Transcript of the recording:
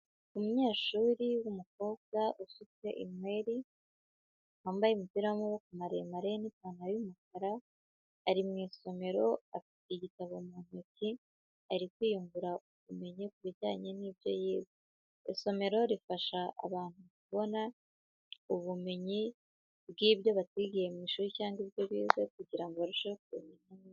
Umunyeshuri wumukobwa ufite inyweri wambaye umupira w'amaboko maremare n'ipantaro y'umukara, ari mu isomero afite igitabo mu ntoki ari kwiyungura ubumenyi ku bijyanye n'ibyo isomero rifasha abantu kubona ubumenyi bw'ibyo batigiye mu ishuri cyangwa ibyo bize kugirango barusheho kumenya neza.